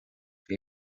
que